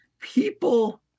People